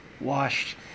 washed